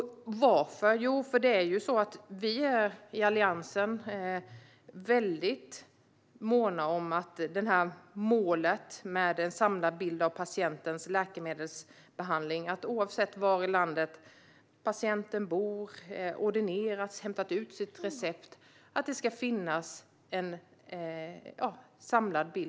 Varför är detta viktigt? Jo, vi i Alliansen är väldigt måna om målet om en samlad bild av patientens läkemedelsbehandling, oavsett var i landet patienten bor, ordineras eller hämtar ut sitt recept.